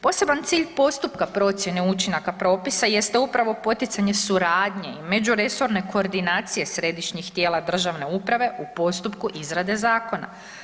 Poseban cilj postupka procijene učinaka propisa jeste upravo poticanje suradnje i međuresorne koordinacije središnjih tijela državne uprave u postupku izrade zakona.